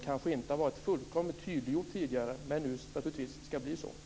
Kanske har det inte varit fullkomligt tydliggjort tidigare men tydligen skall det bli på nämnda sätt.